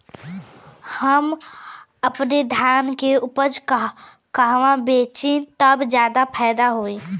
हम अपने धान के उपज कहवा बेंचि त ज्यादा फैदा होई?